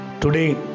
Today